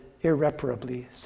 irreparably